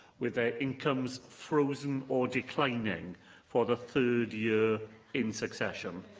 with their incomes frozen or declining for the third year in succession.